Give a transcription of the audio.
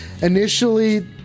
Initially